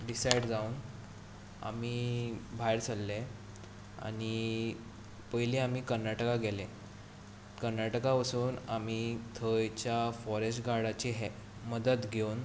decide जावन आमी भायर सरले आनी पयलीं आमी कर्नाटका गेले कर्नाटका वचून आमी थंयच्या फोरेस्ट गार्डाची हे मदत घेवन